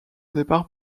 départ